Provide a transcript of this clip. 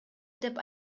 деп